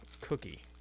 cookie